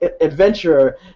adventurer